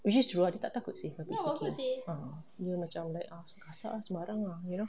which is true tak takut seh ah dia macam like ah gasak ah sembarang ah you know